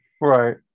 Right